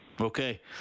Okay